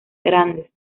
grandes